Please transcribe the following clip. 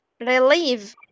Relieve